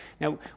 Now